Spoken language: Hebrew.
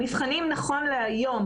נכון להיום,